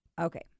Okay